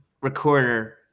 recorder